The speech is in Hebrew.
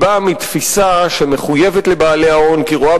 היא באה מתפיסה שמחויבת לבעלי-ההון כי היא רואה